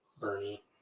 Bernie